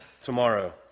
tomorrow